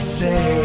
say